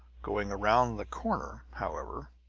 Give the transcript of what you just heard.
going around the corner, however,